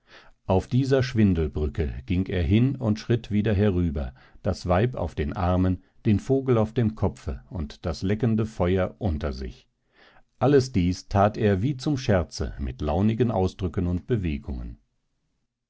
auf dieser schwindelbrücke ging er hin und schritt wieder herüber das weib auf den armen den vogel auf dem kopfe und das leckende feuer unter sich alles dies tat er wie zum scherze mit launigen ausdrücken und bewegungen